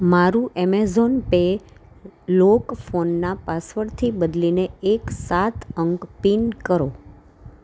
મારું Amazon Pay lock ફોનના પાસવર્ડથી બદલીને એક સાત અંક પીન કરો